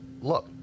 look